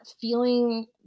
feeling